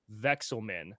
Vexelman